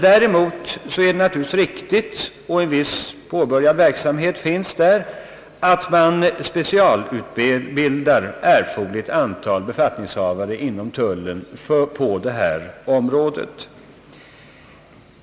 Däremot är det naturligtvis riktigt — och man har påbörjat verksamhet i den riktningen — att man specialutbildar erforderligt antal befattningshavare inom tullen på detta område.